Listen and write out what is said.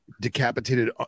decapitated